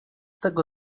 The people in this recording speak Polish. tego